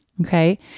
Okay